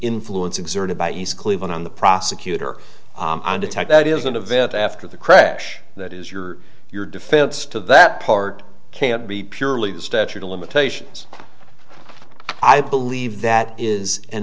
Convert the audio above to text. influence exerted by east cleveland on the prosecutor and attack that is an event after the crash that is your your defense to that part can't be purely the statute of limitations i believe that is an